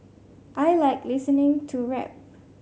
I like listening to rap